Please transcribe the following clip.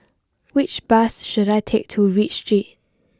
which bus should I take to Read Street